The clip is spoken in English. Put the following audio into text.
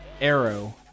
Arrow